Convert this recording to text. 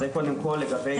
זה קודם כול, לגבי הפגנה.